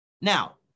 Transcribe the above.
Now